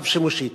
רב-שימושית.